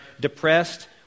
depressed